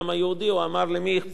הוא אמר: למי אכפת,